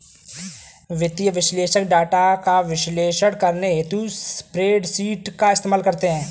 वित्तीय विश्लेषक डाटा का विश्लेषण करने हेतु स्प्रेडशीट का इस्तेमाल करते हैं